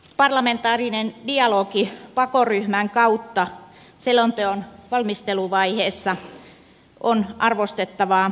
parlamentaarinen dialogi pako ryhmän kautta selonteon valmisteluvaiheessa on arvostettavaa